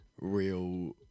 real